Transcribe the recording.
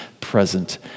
present